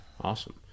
Awesome